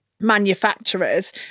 manufacturers